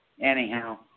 anyhow